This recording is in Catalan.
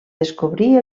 descobrir